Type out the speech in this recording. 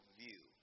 view